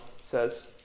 says